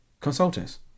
consultants